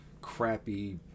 crappy